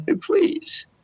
Please